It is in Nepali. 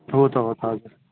हो त हो त हजुर